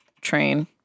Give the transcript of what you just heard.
train